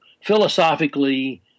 philosophically